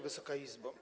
Wysoka Izbo!